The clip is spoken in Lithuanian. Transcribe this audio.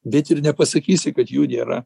bet ir nepasakysi kad jų nėra